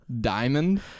diamond